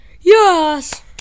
yes